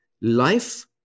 Life